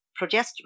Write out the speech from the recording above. progesterone